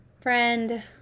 Friend